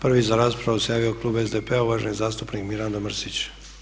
Prvi za raspravu se javio klub SDP-a uvaženi zastupnik Mirando Mrsić.